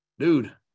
Dude